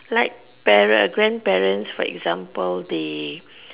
like parents grandparents for example they